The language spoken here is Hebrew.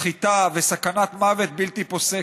סחיטה וסכנת מוות בלתי פוסקת.